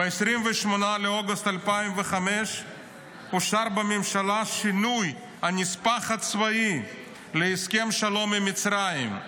ב-28 באוגוסט 2005 אושר בממשלה שינוי הנספח הצבאי להסכם השלום עם מצרים.